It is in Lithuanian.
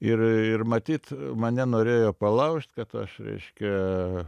ir ir matyt mane norėjo palaužt kad aš reiškia